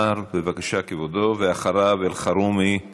אמרו שיש אלימות בבית מצד בן הזוג,